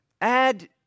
add